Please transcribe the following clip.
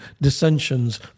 dissensions